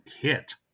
hit